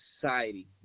Society